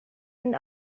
and